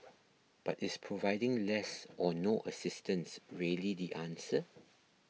but is providing less or no assistance really the answer